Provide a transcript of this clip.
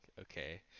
okay